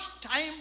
time